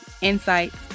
insights